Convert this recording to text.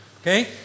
Okay